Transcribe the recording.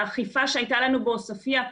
האכיפה שהייתה לנו בעוספיה,